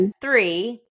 three